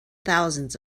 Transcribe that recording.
thousands